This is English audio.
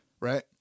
Right